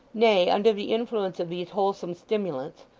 nay, under the influence of these wholesome stimulants,